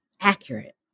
Accurate